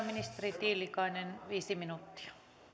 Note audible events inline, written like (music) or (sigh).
(unintelligible) ministeri tiilikainen viisi minuuttia